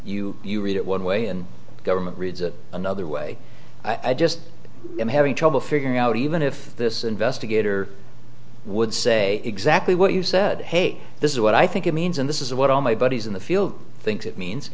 you you read it one way and the government reads it another way i just i'm having trouble figuring out even if this investigator would say exactly what you said hey this is what i think it means and this is what all my buddies in the field think it means